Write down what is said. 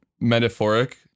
metaphoric